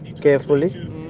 carefully